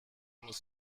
muss